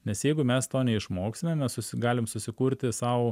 nes jeigu mes to neišmoksime mes galim susikurti sau